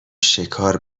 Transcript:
شکار